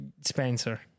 spencer